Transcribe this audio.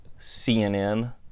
CNN